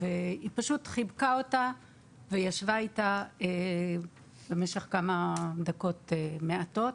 היא פשוט חיבקה אותה וישבה איתה במשך כמה דקות מעטות.